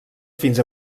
fins